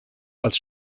als